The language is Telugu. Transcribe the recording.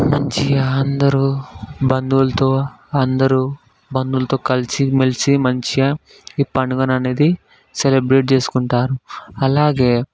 మంచిగా అం దరూ బంధువులతో అందరూ బంధువులతో కలిసి మెలిసి మంచిగా ఈ పండుగను అనేది సెలెబ్రేట్ చేసుకుంటారు అలాగే